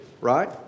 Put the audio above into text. Right